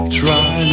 try